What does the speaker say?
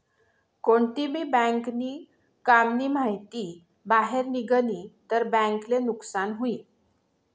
कोणती भी बँक नी काम नी माहिती बाहेर निगनी तर बँक ले नुकसान हुई